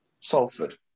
Salford